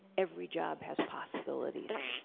every job has possibilities.